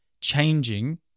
changing